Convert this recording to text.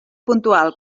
puntual